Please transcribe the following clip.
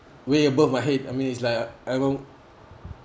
way above my head I mean it's like